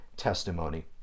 testimony